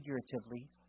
figuratively